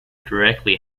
directly